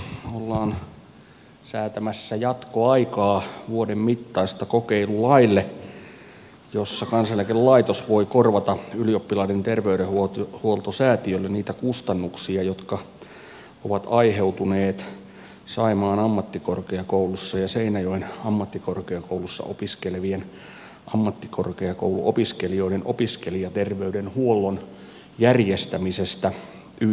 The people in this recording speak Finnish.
me olemme säätämässä jatkoaikaa vuoden mittaista kokeilulaille jossa kansaneläkelaitos voi korvata ylioppilaiden terveydenhoitosäätiölle niitä kustannuksia jotka ovat aiheutuneet saimaan ammattikorkeakoulussa ja seinäjoen ammattikorkeakoulussa opiskelevien ammattikorkeakouluopiskelijoiden opiskelijaterveydenhuollon järjestämisestä yths mallin mukaisesti